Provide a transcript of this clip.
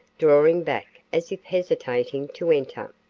drawing back as if hesitating to enter.